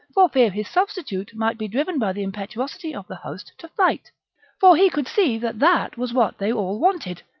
for fear his substitute might be driven by the impetuosity of the host to fight for he could see that that was what they all wanted,